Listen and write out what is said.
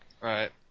Right